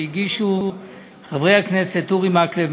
שהגישו חברי הכנסת אורי מקלב,